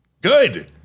Good